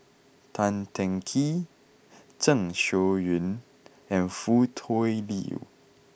Tan Teng Kee Zeng Shouyin and Foo Tui Liew